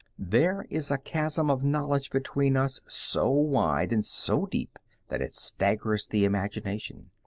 there is a chasm of knowledge between us so wide and so deep that it staggers the imagination.